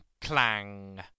clang